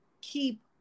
keep